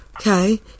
Okay